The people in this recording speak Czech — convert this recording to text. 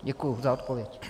Děkuji za odpověď.